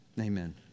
amen